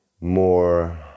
more